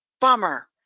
Bummer